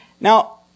Now